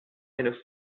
eine